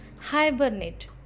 hibernate